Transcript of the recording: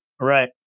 Right